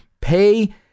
pay